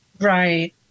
Right